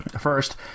First